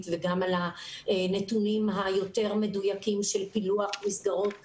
וגם נתונים יותר מדויקים של פילוח מסגרות וכולי.